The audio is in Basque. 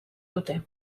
dute